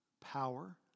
power